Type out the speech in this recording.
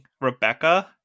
Rebecca